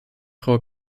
frau